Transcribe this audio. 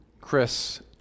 Chris